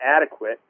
adequate